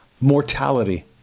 mortality